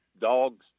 dogs